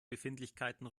befindlichkeiten